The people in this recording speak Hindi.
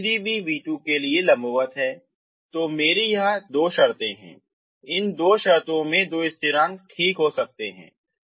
और v3 भी v2 के लिए लंबवत है तो मेरी यहां दो शर्तों है इन दो शर्तों मैं दो स्थिरांक ठीक हो सकते हैं